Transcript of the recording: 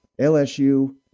LSU